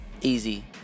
easy